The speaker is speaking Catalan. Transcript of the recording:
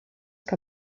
que